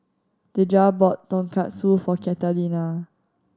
Dejah bought Tonkatsu for Catalina